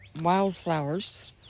wildflowers